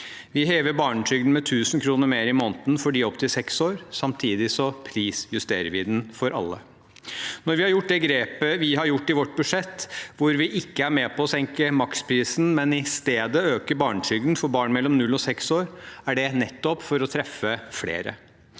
Vi hever barnetrygden med 1 000 kr mer i måneden for dem som er opp til seks år. Samtidig prisjusterer vi den for alle. Når vi har tatt det grepet vi har tatt i vårt budsjett, hvor vi ikke er med på å senke maksprisen, men i stedet øker barnetrygden for barn mellom null og seks år, er det nettopp for å treffe flere.